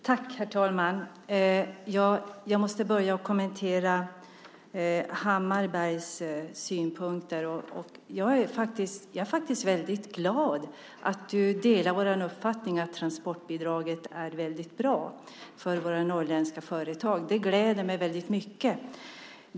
Herr talman! Jag måste börja med att kommentera Hammarberghs synpunkter. Jag är väldigt glad att han delar vår uppfattning att transportbidraget är bra för våra norrländska företag. Det gläder mig mycket.